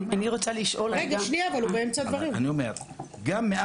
היה כאן